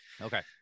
Okay